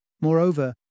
Moreover